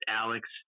Alex